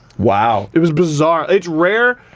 wow. it was bizarre. it's rare,